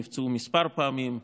נפצעו כמה פעמים,